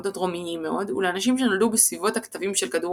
או דרומיים מאוד ולאנשים שנולדו בסביבות הקטבים של כדור